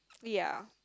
ya